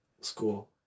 school